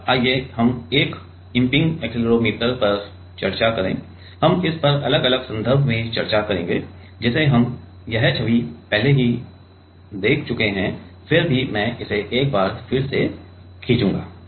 अब आइए हम एक इंपिंग एक्सेलेरोमीटर पर चर्चा करें हम इस पर अलग अलग संदर्भ में चर्चा करेंगे जिसे हम यह छवि पहले ही देख चुके हैं फिर भी मैं इसे एक बार फिर खींचूंगा